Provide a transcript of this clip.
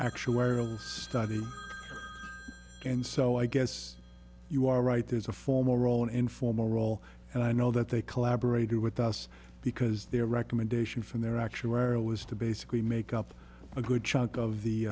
actuarial study and so i guess you are right there's a formal role an informal role and i know that they collaborated with us because their recommendation from their actuarial was to basically make up a good chunk of the